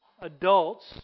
adults